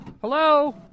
Hello